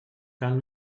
cal